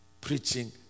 Preaching